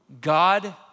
God